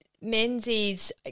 Menzies